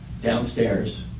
downstairs